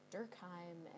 Durkheim